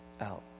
out